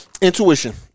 intuition